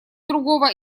другого